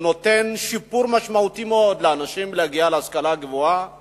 שנותנת שיפור משמעותי מאוד לאנשים כדי להגיע להשכלה גבוהה